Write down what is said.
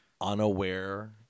unaware